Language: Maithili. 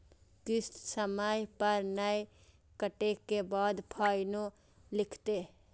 किस्त समय पर नय कटै के बाद फाइनो लिखते?